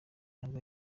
yarwo